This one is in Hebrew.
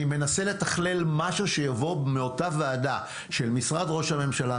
אני מנסה לתכלל משהו שיבוא מאותה ועדה של משרד ראש הממשלה,